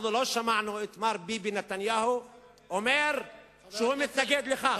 אנחנו לא שמענו את מר ביבי נתניהו אומר שהוא מתנגד לכך.